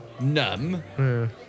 numb